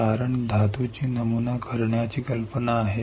कारण धातूची नमुना करण्याची कल्पना आहे